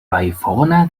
vallfogona